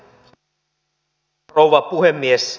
arvoisa rouva puhemies